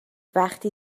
وقتی